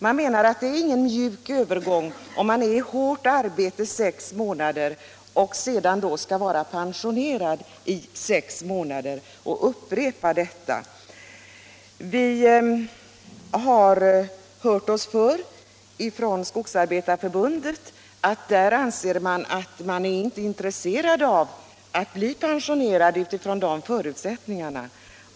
Man menar att det inte blir någon mjuk övergång, om vederbörande i upprepade perioder först skall vara i hårt arbete i sex månader och sedan skall vara pensionerad i sex månader. Vi har hört oss för hos Skogsarbetareförbundet och fått beskedet att man där inte är intresserad av pensionering under de för utsättningarna.